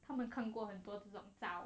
他们看过很这种招